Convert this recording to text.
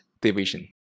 division